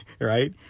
right